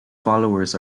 followers